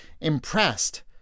impressed